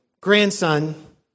grandson